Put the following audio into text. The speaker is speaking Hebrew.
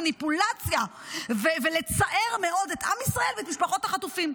מניפולציה ולצער מאוד את עם ישראל ואת משפחות החטופים.